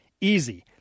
easy